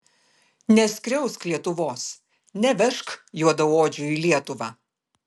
neskriausk lietuvos nevežk juodaodžių į lietuvą